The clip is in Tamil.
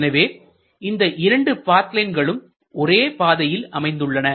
எனவே இந்த இரண்டு பாத் லைன்களும் ஒரே பாதையில் அமைந்துள்ளன